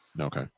Okay